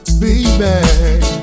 baby